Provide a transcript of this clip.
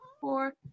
four